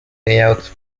layouts